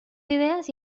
ideas